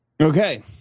Okay